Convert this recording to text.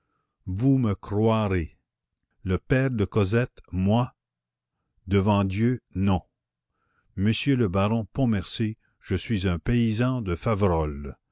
vous me croirez le père de cosette moi devant dieu non monsieur le baron pontmercy je suis un paysan de faverolles